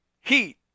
heat